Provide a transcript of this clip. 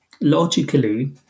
Logically